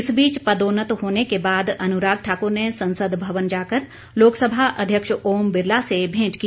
इस बीच पदोन्नत होने के बाद अनुराग ठाकुर ने संसद भवन जाकर लोकसभा अध्यक्ष ओम बिरला से भेंट की